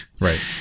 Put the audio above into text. Right